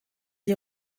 die